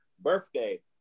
birthday